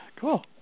Cool